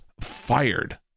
fired